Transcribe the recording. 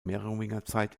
merowingerzeit